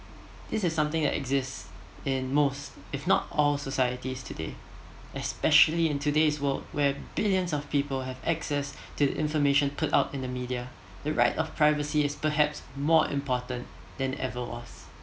this is something that exist in most if not all societies today especially in today's world where billions of people have access to the information put out in the media the right of privacy is perhaps more important than ever was